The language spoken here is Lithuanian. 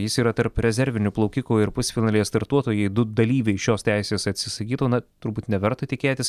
jis yra tarp rezervinių plaukikų ir pusfinalyje startuotų jei du dalyviai šios teisės atsisakytų na turbūt neverta tikėtis